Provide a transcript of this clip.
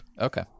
Okay